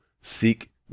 seek